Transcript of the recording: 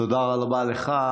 תודה רבה לך.